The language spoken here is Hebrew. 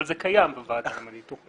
אבל זה קיים בוועדה עם הניתוחים.